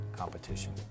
competition